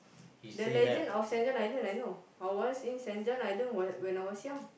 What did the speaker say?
the legend of Saint-John-Island I know I was in Saint-John-Island when when I was young